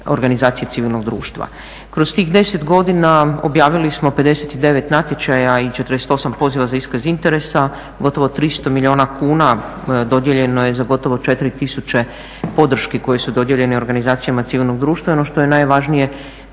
organizacije civilnog društva. Kroz tih 10 godina objavili smo 59 natječaja i 48 poziva za iskaz interesa. Gotovo 300 milijuna kuna dodijeljeno je za gotovo 4000 podrški koje su dodijeljene organizacijama civilnog društva. I ono što je najvažnije,